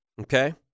Okay